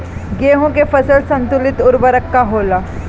गेहूं के फसल संतुलित उर्वरक का होला?